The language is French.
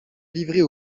livrer